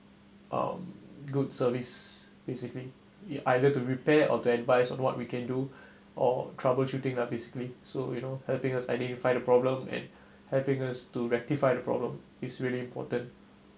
um good service basically it either to repair or to advice on what we can do or troubleshooting lah basically so you know helping us identify the problem and helping us to rectify the problem is really important